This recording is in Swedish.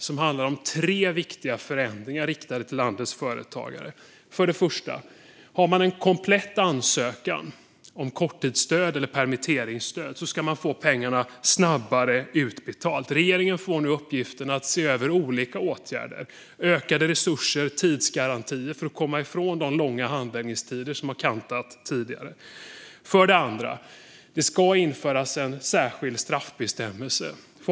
Det handlar om tre viktiga förändringar riktade till landets företagare. För det första: Har man en komplett ansökan om korttidsstöd eller permitteringsstöd ska man få pengarna utbetalda snabbare. Regeringen får nu uppgiften att se över olika åtgärder som ökade resurser och en tidsgaranti för att komma ifrån de långa handläggningstider som tidigare har kantat detta. För det andra: Det ska införas en särskild straffbestämmelse.